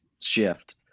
shift